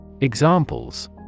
Examples